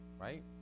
right